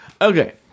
Okay